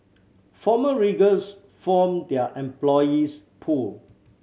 former riggers form their employees pool